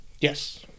yes